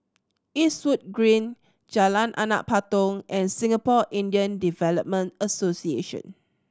Eastwood Green Jalan Anak Patong and Singapore Indian Development Association